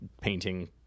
painting